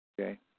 Okay